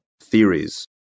theories